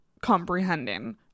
comprehending